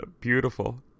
beautiful